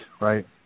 right